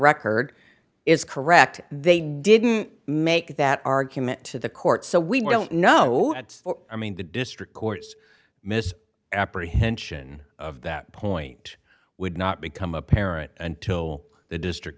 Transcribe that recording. record is correct they didn't make that argument to the court so we don't know that i mean the district court's miss apprehension of that point would not become apparent until the district